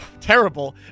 terrible